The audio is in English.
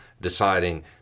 deciding